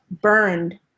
burned